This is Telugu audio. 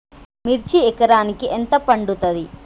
మిర్చి ఎకరానికి ఎంత పండుతది?